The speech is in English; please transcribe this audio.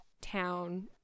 town